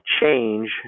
change